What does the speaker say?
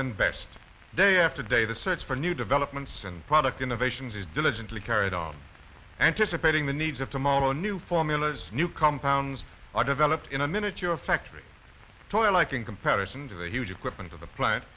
than best day after day the search for new developments and product innovations is diligently carried on anticipating the needs of tomorrow new formulas new compounds are developed in a miniature factory toylike in comparison to the huge equipment of the plant